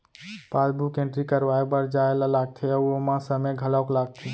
passbook entry करवाए बर जाए ल लागथे अउ ओमा समे घलौक लागथे